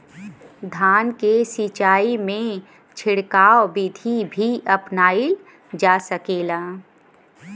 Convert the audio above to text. धान के सिचाई में छिड़काव बिधि भी अपनाइल जा सकेला?